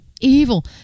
Evil